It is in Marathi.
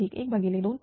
40 0